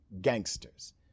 gangsters